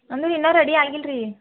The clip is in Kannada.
ಅಂದರೆ ಇನ್ನ ರೆಡಿ ಆಗಿಲ್ರಿ